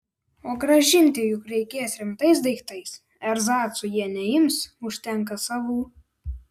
o grąžinti juk reikės rimtais daiktais erzacų jie neims užtenka savų